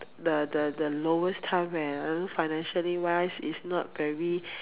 the the the lowest time where you know financially wise its not very